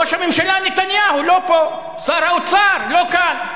ראש הממשלה נתניהו לא פה, שר האוצר לא כאן,